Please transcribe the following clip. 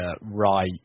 right